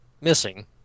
missing